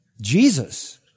Jesus